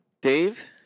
Dave